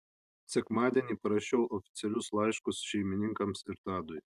sekmadienį parašiau oficialius laiškus šeimininkams ir tadui